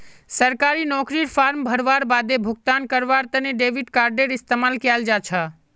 सरकारी नौकरीर फॉर्म भरवार बादे भुगतान करवार तने डेबिट कार्डडेर इस्तेमाल कियाल जा छ